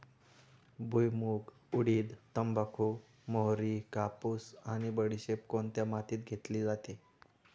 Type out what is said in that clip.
भुईमूग, उडीद, तंबाखू, मोहरी, कापूस आणि बडीशेप कोणत्या मातीत घेतली जाते?